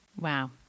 Wow